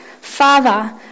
Father